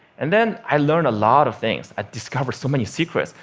and then i learned a lot of things. i discovered so many secrets.